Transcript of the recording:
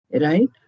Right